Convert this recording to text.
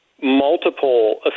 multiple